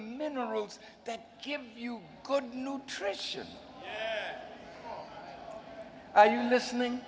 minerals that give you good nutrition are you listening